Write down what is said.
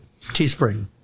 Teespring